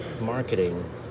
marketing